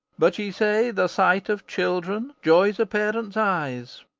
but, ye say, the sight of children joys a parent's eyes.